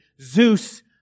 Zeus